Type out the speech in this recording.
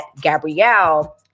Gabrielle